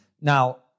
Now